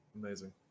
Amazing